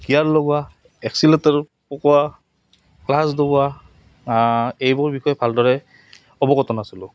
gear লগোৱা accelerator পকোৱা clutch দবোৱা এইবোৰ বিষয়ে ভালদৰে অৱগত নাছিলোঁ